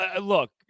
look